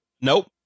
Nope